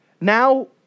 now